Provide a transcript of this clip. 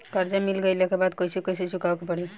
कर्जा मिल गईला के बाद कैसे कैसे चुकावे के पड़ी?